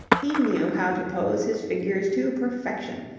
he knew how to pose his figures to perfection,